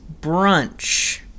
Brunch